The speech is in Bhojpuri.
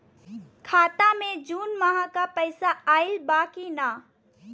खाता मे जून माह क पैसा आईल बा की ना?